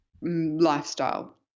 lifestyle